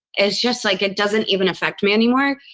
is just like it doesn't even affect me anymore.